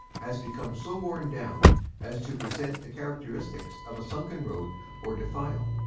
has become so worn down as to present the characteristics of a sunken road or defile.